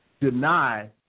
deny